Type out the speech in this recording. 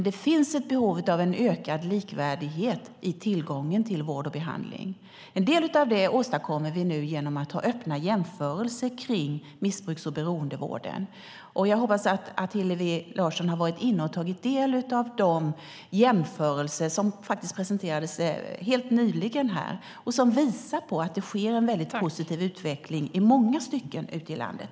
Det finns ett behov av ökad likvärdighet i tillgången till vård och behandling. En del av det åstadkommer vi med hjälp av öppna jämförelser av missbruks och beroendevården. Jag hoppas att Hillevi Larsson har tagit del av de jämförelser som presenterades helt nyligen och som visar att det sker i många stycken en positiv utveckling i landet.